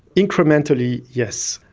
incrementally, yes.